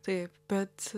taip bet